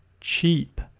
cheap